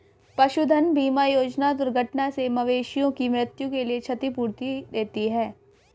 पशुधन बीमा योजना दुर्घटना से मवेशियों की मृत्यु के लिए क्षतिपूर्ति देती है